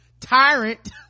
tyrant